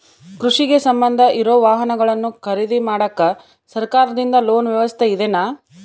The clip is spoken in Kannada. ಕೃಷಿಗೆ ಸಂಬಂಧ ಇರೊ ವಾಹನಗಳನ್ನು ಖರೇದಿ ಮಾಡಾಕ ಸರಕಾರದಿಂದ ಲೋನ್ ವ್ಯವಸ್ಥೆ ಇದೆನಾ?